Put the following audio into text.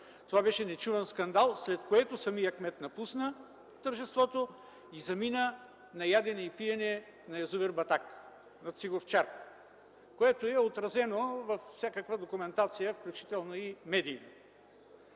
Това беше нечуван скандал, след което самият кмет напусна тържеството и замина на ядене и пиене на язовир „Батак” на Цигов чарк, което е отразено във всякаква документация, включително и в медиите.